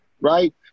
right